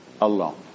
alone